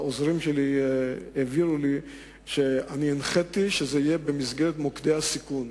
העוזרים שלי העבירו לי שאני הנחיתי שזה יהיה במסגרת מוקדי הסיכון.